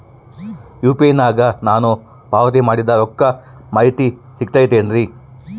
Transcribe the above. UPI ನಾಗ ನಾನು ಪಾವತಿ ಮಾಡಿದ ರೊಕ್ಕದ ಮಾಹಿತಿ ಸಿಗುತೈತೇನ್ರಿ?